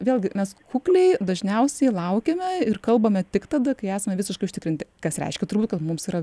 vėlgi mes kukliai dažniausiai laukiame ir kalbame tik tada kai esame visiškai užtikrinti kas reiškia turbūt kad mums yra